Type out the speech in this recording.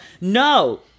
No